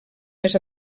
més